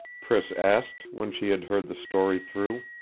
priss asked, when she had heard the story through.